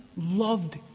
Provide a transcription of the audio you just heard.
loved